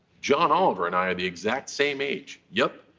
john oliver and i are the exact same age. yep,